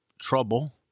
trouble